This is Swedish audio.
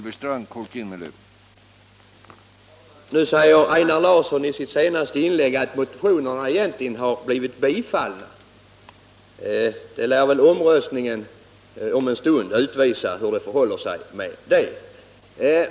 Herr talman! Nu säger Einar Larsson i sitt senaste inlägg att motionerna egentligen har blivit bifallna. Omröstningen om en stund lär väl utvisa hur det förhåller sig med det.